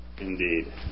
Indeed